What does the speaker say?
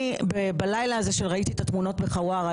בלילה הזה שראיתי את התמונות מחווארה